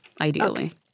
Ideally